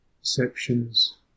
perceptions